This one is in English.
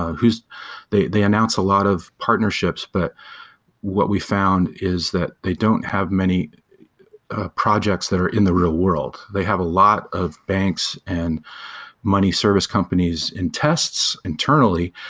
they they announced a lot of partnerships, but what we found is that they don't have many projects that are in the real world. they have a lot of banks and money service companies in tests internally,